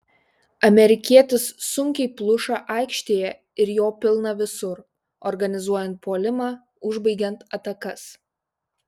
amerikietis sunkiai pluša aikštėje ir jo pilna visur organizuojant puolimą užbaigiant atakas